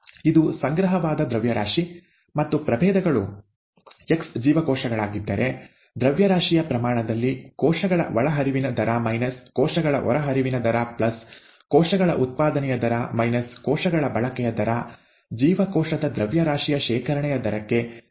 ಇದು ಸಂಗ್ರಹವಾದ ದ್ರವ್ಯರಾಶಿ ಮತ್ತು ಪ್ರಭೇದಗಳು x ಜೀವಕೋಶಗಳಾಗಿದ್ದರೆ ದ್ರವ್ಯರಾಶಿಯ ಪ್ರಮಾಣದಲ್ಲಿ ಕೋಶಗಳ ಒಳಹರಿವಿನ ದರ ಮೈನಸ್ ಕೋಶಗಳ ಹೊರಹರಿವಿನ ದರ ಪ್ಲಸ್ ಕೋಶಗಳ ಉತ್ಪಾದನೆಯ ದರ ಮೈನಸ್ ಕೋಶಗಳ ಬಳಕೆಯ ದರ ಜೀವಕೋಶದ ದ್ರವ್ಯರಾಶಿಯ ಶೇಖರಣೆಯ ದರಕ್ಕೆ ಸಮನಾಗಿರುತ್ತದೆ